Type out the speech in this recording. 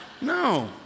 No